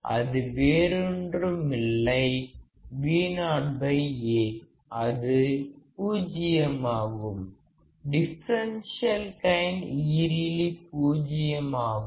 அது வேறொன்றுமில்லை VoA அது பூஜ்யம் ஆகும் டிஃபரன்ஷியல் கைன் ஈறிலி பூஜ்யம் ஆகும்